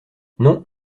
non